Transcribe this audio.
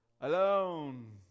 alone